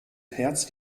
herz